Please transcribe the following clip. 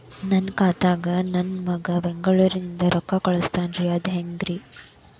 ನನ್ನ ಖಾತಾಕ್ಕ ನನ್ನ ಮಗಾ ಬೆಂಗಳೂರನಿಂದ ರೊಕ್ಕ ಕಳಸ್ತಾನ್ರಿ ಅದ ಹೆಂಗ್ರಿ?